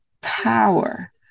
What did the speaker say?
power